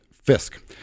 Fisk